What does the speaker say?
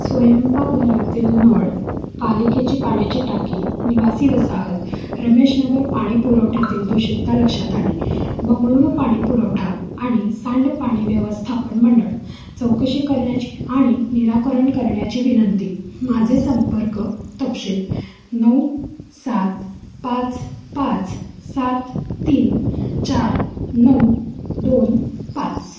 स्वयंपाकघरातील नळ पालिकेची पाण्याची टाकी निवासी वसाहत रमेशनगर पाणी पुरवठ्यातील दूषितता लक्षात आली बंगळुरू पाणी पुरवठा आणि सांडपाणी व्यवस्थापन मंडळ चौकशी करण्याची आणि निराकरण करण्याची विनंती माझे संपर्क तपशील नऊ सात पाच पाच सात तीन चार नऊ दोन पाच